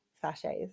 sachets